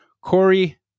Corey